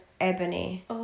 Ebony